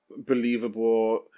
believable